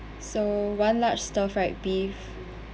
so one large stir fried beef